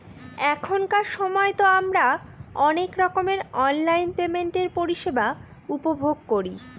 এখনকার সময়তো আমারা অনেক রকমের অনলাইন পেমেন্টের পরিষেবা উপভোগ করি